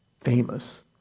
famous